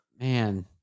Man